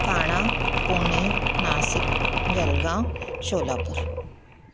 Thane Pune Nashik Jalgaon Solapur